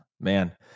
man